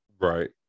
Right